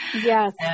Yes